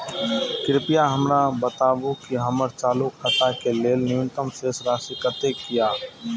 कृपया हमरा बताबू कि हमर चालू खाता के लेल न्यूनतम शेष राशि कतेक या